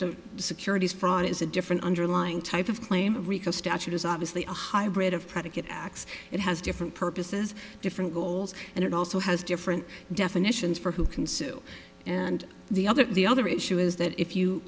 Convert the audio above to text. the securities fraud is a different underlying type of claim rico statute is obviously a hybrid of predicate acts it has different purposes different goals and it also has different definitions for who can sue and the other the other issue is that if you